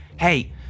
hey